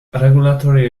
regulatory